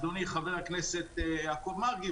אדוני חבר הכנסת יעקב מרגי,